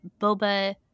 Boba